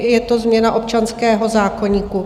Je to změna občanského zákoníku.